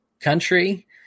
country